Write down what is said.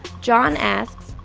john asks,